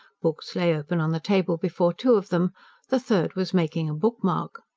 books lay open on the table before two of them the third was making a bookmark.